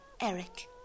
Eric